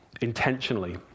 intentionally